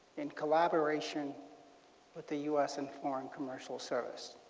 in collaboration with the u s. and foreign commercial service.